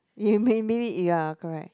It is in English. you mean mean it ya correct